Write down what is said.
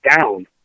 down